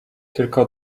tylko